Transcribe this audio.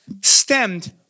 stemmed